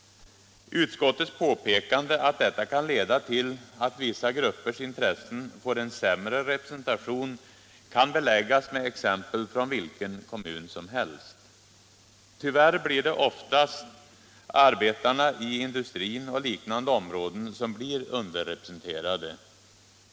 Utskottets erinran om att detta kan leda till att vissa gruppers intressen får en sämre representation kan beläggas med exempel från vilken kommun som helst. Tyvärr är det oftast arbetarna i industrin och på liknande områden som blir underrepresenterade.